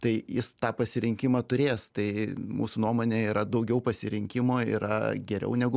tai jis tą pasirinkimą turės tai mūsų nuomone yra daugiau pasirinkimo yra geriau negu